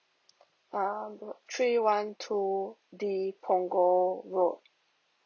err three one two D punggol road